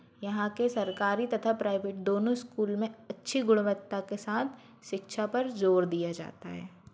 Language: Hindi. यहाँ के सरकारी तथा प्राइवेट दोनों स्कूल में अच्छी गुणवत्ता के साथ शिक्षा पर ज़ोर दिया जाता है